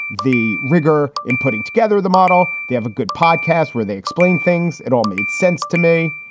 the rigor in putting together the model. they have a good podcast where they explain things. it all made sense to me.